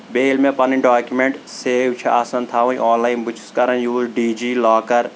بیٚیہِ ییٚلہِ مےٚ پَنٕنۍ ڈاکِمیٚنٛٹ سیو چھِ آسان تھاوٕنۍ بہٕ چھُس کران یوٗز ڈی جی لوکَر